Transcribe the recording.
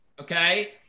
okay